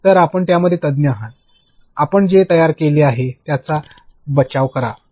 तर आपण त्यामध्ये तज्ञ आहात आपण जे तयार केले आहे त्याचा बचाव करा